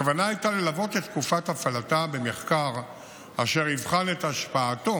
הכוונה הייתה ללוות את תקופת הפעלתה במחקר אשר יבחן את השפעתו